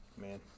man